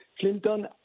Clinton